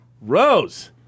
Rose